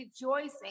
rejoicing